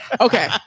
Okay